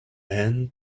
hand